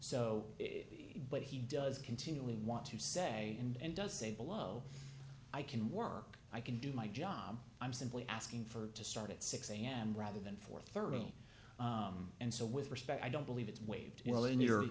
so but he does continually want to say and does say below i can work i can do my job i'm simply asking for to start at six am rather than for thirteen and so with respect i don't believe it's waived in your